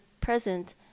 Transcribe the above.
present